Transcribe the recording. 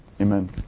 amen